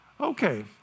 Okay